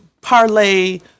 parlay